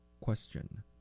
Question